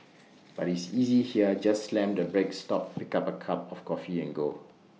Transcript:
but is easy here just slam the brake stop pick A cup of coffee and go